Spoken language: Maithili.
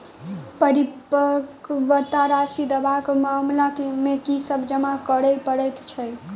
परिपक्वता राशि दावा केँ मामला मे की सब जमा करै पड़तै छैक?